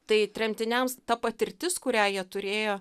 tai tremtiniams ta patirtis kurią jie turėjo